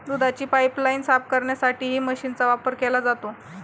दुधाची पाइपलाइन साफ करण्यासाठीही मशीनचा वापर केला जातो